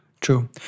True